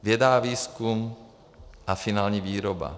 Věda a výzkum a finální výroba.